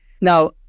Now